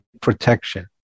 protection